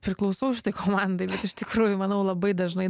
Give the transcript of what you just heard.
priklausau šitai komandai bet iš tikrųjų manau labai dažnai